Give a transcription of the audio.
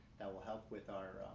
that will help with our